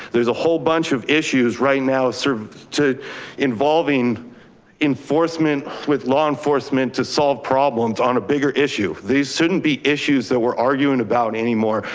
there's a whole bunch of issues right now sort of involving enforcement, with law enforcement to solve problems on a bigger issue. these shouldn't be issues that we're arguing about any more,